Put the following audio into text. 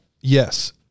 yes